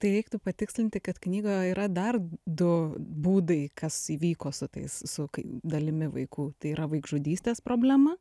tai reiktų patikslinti kad knygoje yra dar du būdai kas įvyko su tais su dalimi vaikų tai yra vaikžudystės problema